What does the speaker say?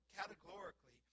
categorically